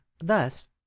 thus